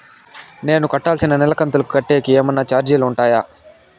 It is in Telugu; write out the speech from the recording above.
నేను కట్టాల్సిన నెల కంతులు కట్టేకి ఏమన్నా చార్జీలు ఉంటాయా?